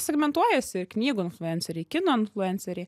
segmentuojasi ir knygų influenceriai kino influenceriai